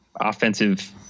offensive